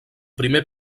primer